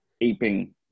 aping